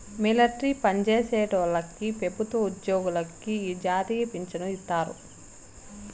military పన్జేసేటోల్లకి పెబుత్వ ఉజ్జోగులకి ఈ జాతీయ పించను ఇత్తారు